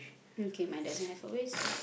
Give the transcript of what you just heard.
okay mine doesn't have a waste